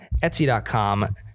Etsy.com